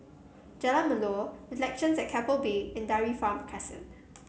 Jalan Melor Reflections at Keppel Bay and Dairy Farm Crescent